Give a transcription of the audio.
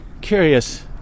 curious